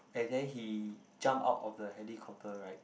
and then he jump out of the helicopter right